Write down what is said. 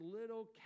little